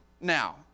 now